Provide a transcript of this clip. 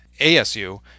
ASU